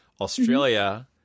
Australia